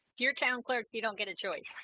you're town clerk, you don't get a choice!